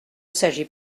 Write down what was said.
s’agit